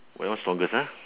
that one strongest ah